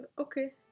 Okay